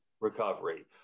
recovery